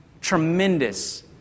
Tremendous